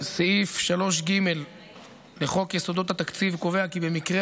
סעיף 3ג לחוק יסודות התקציב קובע כי במקרה